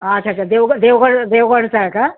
अच्छा अच्छा अच्छा देवगड देवगड देवगडचा आहे का